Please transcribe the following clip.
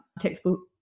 textbook